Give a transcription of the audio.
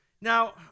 Now